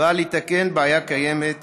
בא לתקן בעיה קיימת,